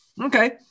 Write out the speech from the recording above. Okay